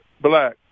black